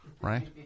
Right